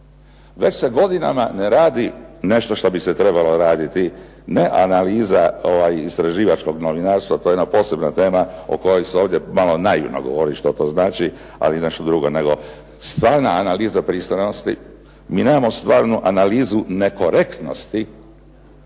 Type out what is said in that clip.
Već se godinama ne radi nešto što bi se trebalo raditi, ne analiza istraživačkog novinarstva, to je jedna posebna tema o kojoj se ovdje malo naivno govori što to znači ali nešto drugo stvarna analiza pristranosti. Mi nemamo stvarnu analizu nekorektnosti